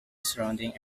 surrounding